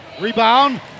Rebound